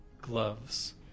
gloves